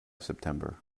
september